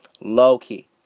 low-key